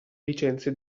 licenze